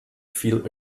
feel